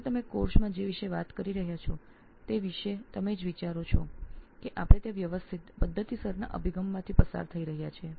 જો આપ વિચારો કે આપણે અભ્યાસક્રમમાં કયા વિષય પર વાત કરી રહ્યા છીએ તો આપણે વ્યવસ્થિત પદ્ધતિસરના અભિગમમાં જઈ રહ્યા છીએ